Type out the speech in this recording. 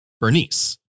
Bernice